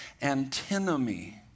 antinomy